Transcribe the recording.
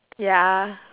ya